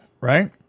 right